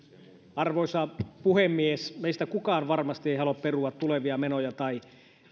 arvoisa puhemies meistä kukaan varmasti ei halua perua tulevia menoja tai